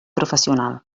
professional